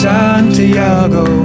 Santiago